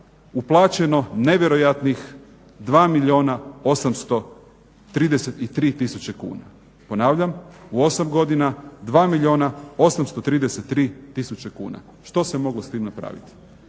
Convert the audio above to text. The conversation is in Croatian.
uplaćeno nevjerojatnih 2 milijuna 833 tisuće kuna. Ponavljam, u osam godina 2 milijuna 833 tisuće kuna. Što se moglo s tim napraviti?